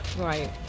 Right